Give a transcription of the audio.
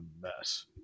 mess